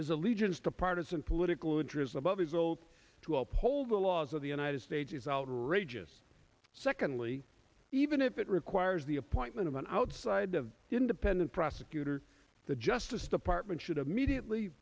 his allegiance to partisan political interests above is old to uphold the laws of the united states is outrageous secondly even if it requires the appointment of an outside of independent prosecutor the justice department should have immediately